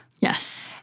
yes